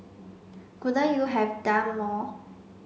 couldn't you have done more